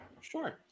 Sure